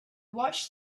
watched